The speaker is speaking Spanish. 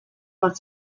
más